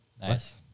Nice